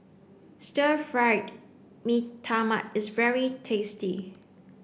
stir fried Mee Tai Mak is very tasty